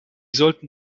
sollten